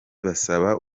basaba